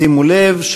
שימו לב,